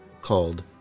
called